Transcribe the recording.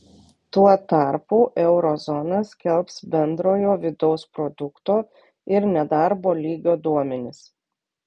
tuo tarpu euro zona skelbs bendrojo vidaus produkto ir nedarbo lygio duomenis